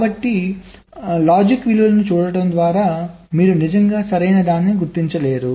కాబట్టి లాజిక్ విలువను చూడటం ద్వారా మీరు నిజంగా సరైనదాన్ని గుర్తించలేరు